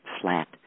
flat